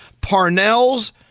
Parnell's